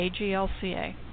AGLCA